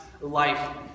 life